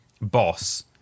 boss